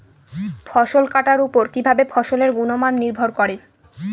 ফসল কাটার উপর কিভাবে ফসলের গুণমান নির্ভর করে?